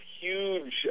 huge